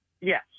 Yes